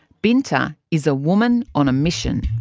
binta is a woman on a mission.